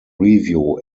review